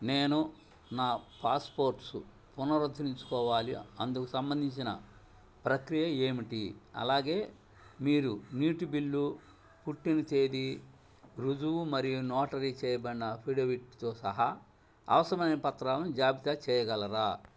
నేను నా పాస్పోర్ట్స్ పునరుద్ధరించుకోవాలి అందుకు సంబంధించిన ప్రక్రియ ఏమిటి అలాగే మీరు నీటి బిల్లు పుట్టిన తేదీ రుజువు మరియు నోటరీ చేయబడిన అఫిడవిట్తో సహా అవసరమైన పత్రాలను జాబితా చేయగలరా